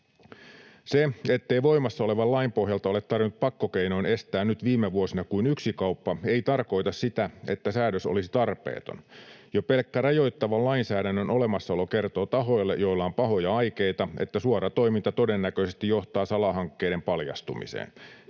Se, ettei voimassa olevan lain pohjalta ole tarvinnut pakkokeinoin estää nyt viime vuosina kuin yksi kauppa, ei tarkoita sitä, että säädös olisi tarpeeton. Jo pelkkä rajoittavan lainsäädännön olemassaolo kertoo tahoille, joilla on pahoja aikeita, että suora toiminta todennäköisesti johtaa salahankkeiden paljastumiseen